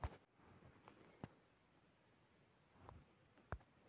दलहन प्रोटीन की प्राप्ति का महत्वपूर्ण स्रोत हई